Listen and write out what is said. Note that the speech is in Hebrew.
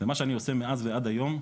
ומה שאני עושה מאז ועד היום,